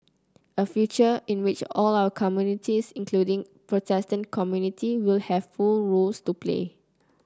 a future in which all our communities including our protestant community will have full roles to play